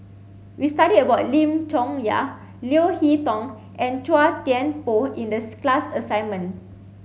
we studied about Lim Chong Yah Leo Hee Tong and Chua Thian Poh in the class assignment